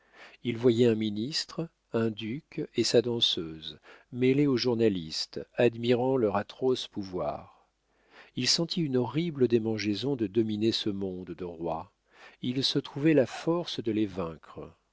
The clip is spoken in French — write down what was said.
il voyait un ministre un duc et sa danseuse mêlés aux journalistes admirant leur atroce pouvoir il sentit une horrible démangeaison de dominer ce monde de rois il se trouvait la force de les vaincre